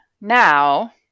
now